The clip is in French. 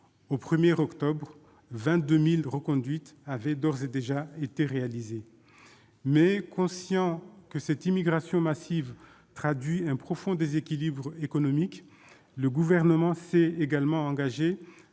Au 1 octobre, 22 000 reconduites avaient d'ores et déjà été réalisées. Conscient que cette immigration massive traduit un profond déséquilibre économique, le Gouvernement s'est également engagé